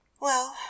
Well